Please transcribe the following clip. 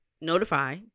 notify